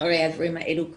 אחרי שקרו הדברים האלה.